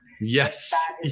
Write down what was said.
yes